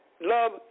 love